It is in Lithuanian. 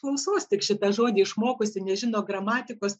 klausos tik šitą žodį išmokusi nežino gramatikos